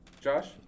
Josh